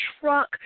truck